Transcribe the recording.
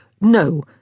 no